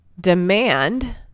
demand